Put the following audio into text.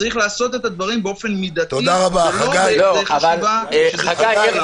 צריך לעשות את הדברים באופן מידתי ולא בחשיבה --- (היו"ר יעקב אשר,